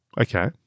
Okay